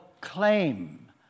claim